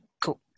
Cool